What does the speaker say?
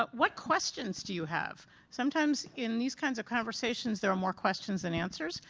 but what questions do you have sometimes in these kinds of conversations there are more questions and answers,